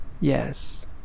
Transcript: Yes